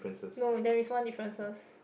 no there is one differences